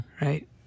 Right